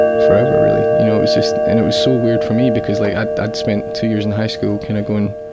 forever really, you know, it was just. and it was so weird for me, because like i'd i'd spent two years in high school, kinda going